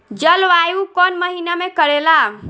जलवायु कौन महीना में करेला?